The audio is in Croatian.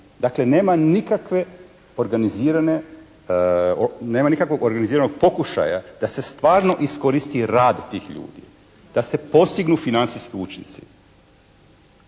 nema nikakvog organiziranog pokušaja da se stvarno iskoristi rad tih ljudi, da se postignu financijski učinci.